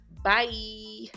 Bye